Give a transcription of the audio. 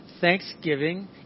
thanksgiving